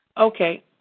okay